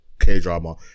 K-drama